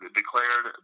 declared